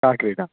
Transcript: का क्रीडा